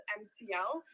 mcl